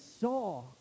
saw